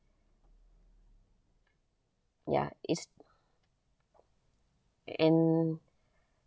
ya is and